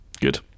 good